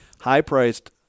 high-priced